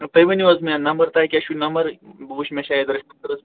تُہۍ ؤنیُو حظ مےٚ نمبَر تۄہہِ کیٛاہ چھُو نمبَر بہٕ وُچھٕ مےٚ چھا